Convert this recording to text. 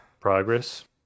progress